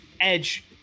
Edge